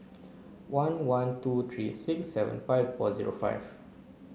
one one two three six seven five four zero five